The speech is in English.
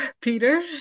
Peter